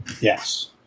Yes